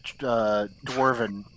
dwarven